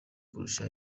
kurusha